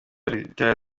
rtd